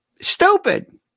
stupid